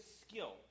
skill